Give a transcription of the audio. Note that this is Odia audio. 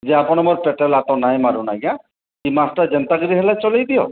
ଯେ ଆପଣ ମୋର ପେଟ୍କେ ଲାତ୍ ନାଇଁ ମାରୁନ୍ ଆଜ୍ଞା ଇ ମାସ୍ଟା ଯେନ୍ତା କରି ହେଲେ ଚଲେଇ ଦିଅ